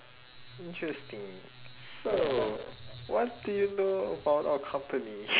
interesting so what do you know about our company